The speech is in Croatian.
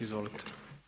Izvolite.